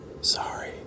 Sorry